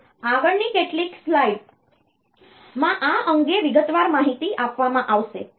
તો આગળની કેટલીક સ્લાઈડ્સ માં આ અંગે વિગતવાર માહિતી આપવામાં આવશે